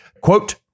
quote